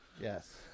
Yes